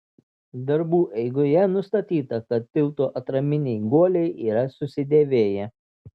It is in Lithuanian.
darbų eigoje nustatyta kad tilto atraminiai guoliai yra susidėvėję